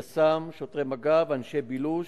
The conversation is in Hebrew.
יס"מ, שוטרי מג"ב ואנשי בילוש,